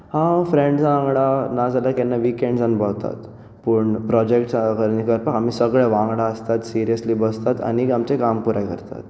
हांव फ्रेंड्सा वांगडा ना जाल्यार विकेंड्सांत भोवतात पूण प्रोजेक्ट्स करपाक आमी सगळे वांगडा आसतात सिरियस्ली बसतात आनी आमचे काम पुराय करतात